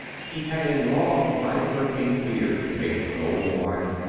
he had a long bifurcate beard made of gold wire,